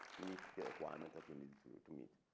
meet the requirement that you need to ah to meet.